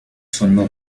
村落